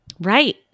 Right